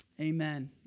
Amen